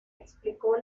explicó